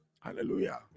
Hallelujah